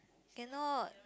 cannot